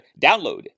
download